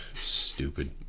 Stupid